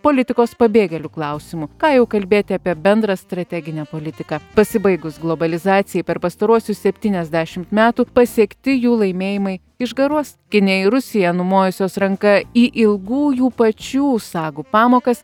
politikos pabėgėlių klausimu ką jau kalbėti apie bendrą strateginę politiką pasibaigus globalizacijai per pastaruosius septyniasdešim metų pasiekti jų laimėjimai išgaruos kinija ir rusija numojusios ranka į ilgų jų pačių sagų pamokas